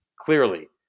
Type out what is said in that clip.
clearly